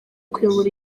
kuyobora